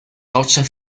hauptstadt